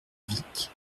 vic